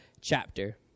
chapter